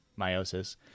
meiosis